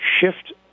shift